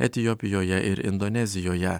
etiopijoje ir indonezijoje